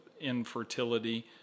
infertility